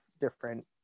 different